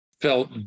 felt